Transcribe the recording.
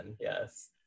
yes